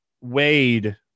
Wade